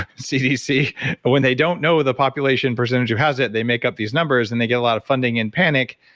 cdc but when they don't know the population percentage who has it, they make up these numbers and they get a lot of funding in panic.